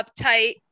uptight